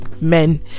men